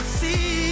see